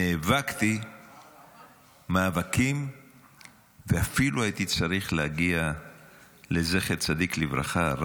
נאבקתי מאבקים ואפילו הייתי צריך להגיע לזכר צדיק לברכה,